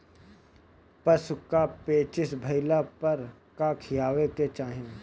पशु क पेचिश भईला पर का खियावे के चाहीं?